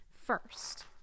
first